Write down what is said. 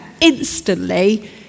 instantly